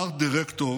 הארט-דירקטור